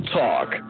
talk